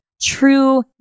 true